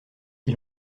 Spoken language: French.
qui